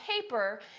paper